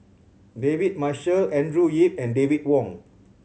David Marshall Andrew Yip and David Wong